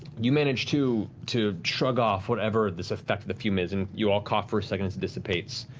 you manage to to shrug off whatever this effect the fume is and you all cough for a second as it dissipates.